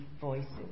voices